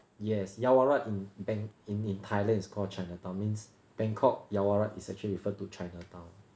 yes yaowarat in bang~ in in thailand is called chinatown means bangkok yaowarat is actually refer to chinatown